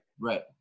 Right